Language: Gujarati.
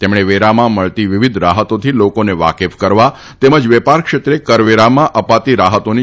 તેમણે વેરામાં મળતી વિવિધ રાહતોથી લોકોને વાકેફ કરવા તેમજ વેપાર ક્ષેત્રે કરવેરામાં અપાતી રાહતોની